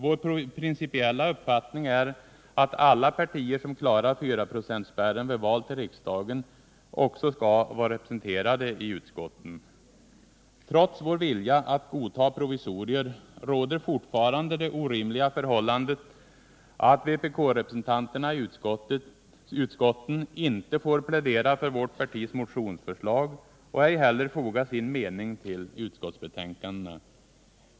Vår principiella uppfattning är att alla partier som klarar fyraprocentsspärren vid val till riksdagen också skall vara representerade i utskotten. Trots vår vilja att godta provisorier råder fortfarande det orimliga förhållandet att vpk-representanterna i utskotten inte får plädera för vårt partis motionsförslag och ej heller foga sin mening till utskottsbetänkandena.